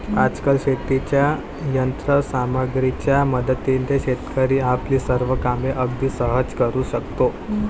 आजकाल शेतीच्या यंत्र सामग्रीच्या मदतीने शेतकरी आपली सर्व कामे अगदी सहज करू शकतो